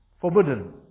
forbidden